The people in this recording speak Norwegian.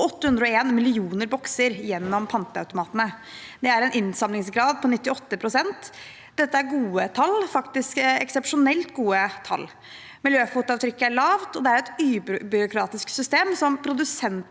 og 801 millioner bokser gjennom panteautomatene. Det er en innsamlingsgrad på 98 pst. Dette er gode tall, faktisk eksepsjonelt gode tall. Miljøfotavtrykket er lite, og det er et ubyråkratisk system som produsentene